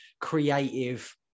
creative